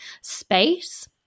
space